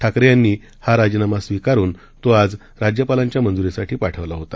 ठाकरे यांनी आज हा राजीनामा स्वीकारून तो राज्यपालांच्या मंजुरीसाठी पाठवला होता